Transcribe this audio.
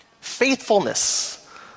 Faithfulness